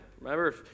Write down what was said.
Remember